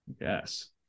Yes